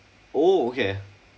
oh okay